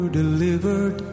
delivered